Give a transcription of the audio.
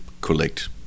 collect